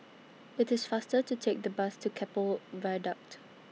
IT IS faster to Take The Bus to Keppel Viaduct